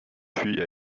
puis